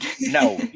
no